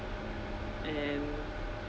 and